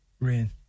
Rain